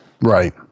right